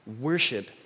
Worship